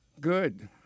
Good